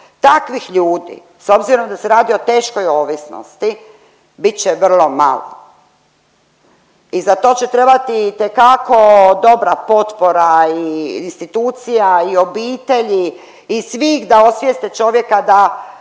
Takvih ljudi s obzirom da se radi o teškoj ovisnosti bit će vrlo malo i za to će trebati itekako dobra potpora i institucija i obitelji i svih da osvijeste čovjeka da